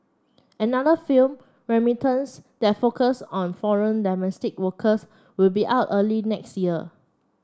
another film Remittance that focus on foreign domestic workers will be out early next year